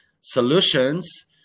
solutions